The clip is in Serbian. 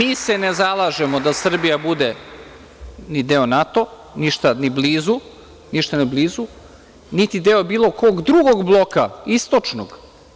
I mi se ne zalažemo da Srbija bude ni deo NATO, ništa ni blizu, niti deo bilo kog drugog bloka istočnog.